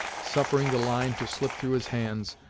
suffering the line to slip through his hands,